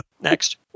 Next